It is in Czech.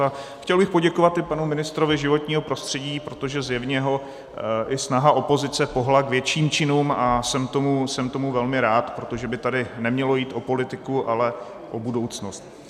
A chtěl bych poděkovat i panu ministrovi životního prostředí, protože zjevně ho i snaha opozice pohnula k větším činům, a jsem tomu velmi rád, protože by tady nemělo jít o politiku, ale o budoucnost.